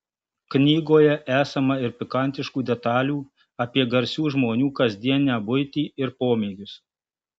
knygoje esama ir pikantiškų detalių apie garsių žmonių kasdienę buitį ir pomėgius